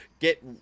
get